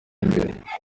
imbere